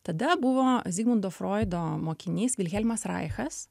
tada buvo zigmundo froido mokinys vilhelmas raichas